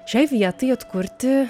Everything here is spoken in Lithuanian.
šiai vietai atkurti